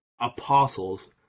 apostles